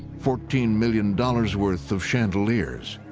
fourteen million dollars worth of chandeliers.